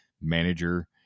manager